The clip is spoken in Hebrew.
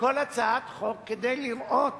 כל הצעת חוק כדי לראות